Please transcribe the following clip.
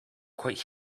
quite